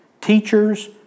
Teachers